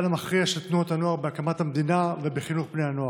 המכריע של תנועות הנוער בהקמת המדינה ובחינוך בני הנוער.